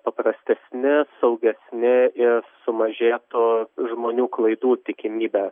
paprastesni saugesni ir sumažėtų žmonių klaidų tikimybė